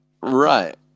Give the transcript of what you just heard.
right